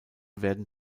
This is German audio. werden